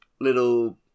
Little